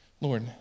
Lord